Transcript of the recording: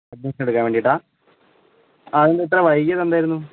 admission എടുക്കാൻ വേണ്ടിയിട്ടാണോ ആ എന്താണ് ഇത്ര വൈകിയത് എന്തായിരുന്നു